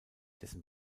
dessen